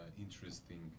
interesting